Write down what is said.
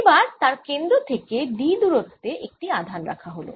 এবার তার কেন্দ্র থেকে d দূরত্বে একটি আধান রাখা হল